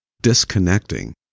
disconnecting